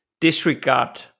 disregard